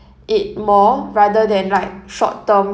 it more rather than like short term